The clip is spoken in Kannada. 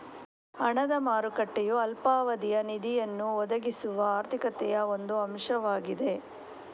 ಹಣದ ಮಾರುಕಟ್ಟೆಯು ಅಲ್ಪಾವಧಿಯ ನಿಧಿಯನ್ನು ಒದಗಿಸುವ ಆರ್ಥಿಕತೆಯ ಒಂದು ಅಂಶವಾಗಿದೆ